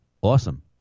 Awesome